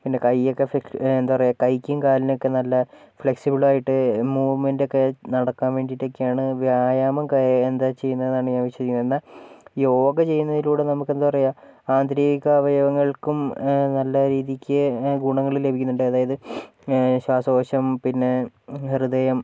പിന്നെ കയ്യൊക്കെ എന്താ പറയുക കൈക്കും കാലിനൊക്കെ നല്ല ഫ്ലെക്സിബിളായിട്ട് മൂവ്മെൻ്റൊക്കെ നടക്കാൻ വേണ്ടിയിട്ടൊക്കെയാണ് വ്യായാമം കൈ എന്താ ചെയ്യുന്നതെന്ന് ആണ് ഞാൻ വച്ചിരിക്കുന്നത് എന്നാൽ യോഗ ചെയ്യുന്നതിലൂടെ നമുക്കെന്താ പറയുക ആന്തരികാവയവങ്ങൾക്കും നല്ല രീതിയ്ക്ക് ഗുണങ്ങൾ ലഭിക്കുന്നുണ്ട് അതായത് ശ്വാസകോശം പിന്നെ ഹൃദയം